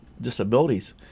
disabilities